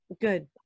Good